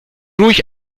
ruhig